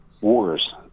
wars